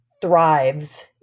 thrives